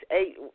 eight